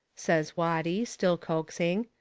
says watty, still coaxing.